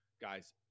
guys